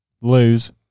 lose